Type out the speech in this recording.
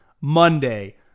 Monday